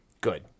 Good